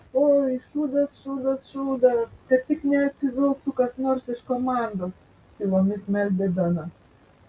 oi šūdas šūdas šūdas kad tik neatsivilktų kas nors iš komandos tylomis meldė benas